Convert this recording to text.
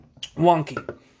wonky